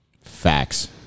Facts